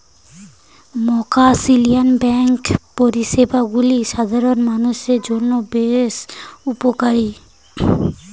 commercial banking পরিষেবাগুলি সাধারণ মানুষের জন্য বেশ উপকারী